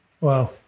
Wow